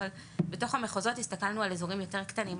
אבל בתוך המחוזות הסתכלנו על אזורים יותר קטנים,